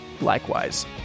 likewise